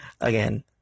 Again